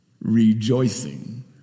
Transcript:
rejoicing